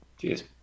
Cheers